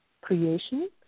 creation